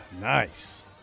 Nice